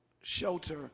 shelter